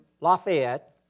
Lafayette